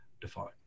defined